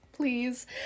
Please